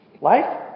life